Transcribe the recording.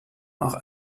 auch